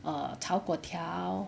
err 炒粿条